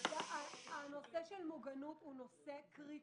הנושא של מוגנות הוא נושא קריטי,